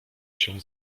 się